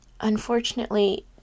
Unfortunately